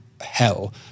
hell